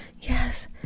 Yes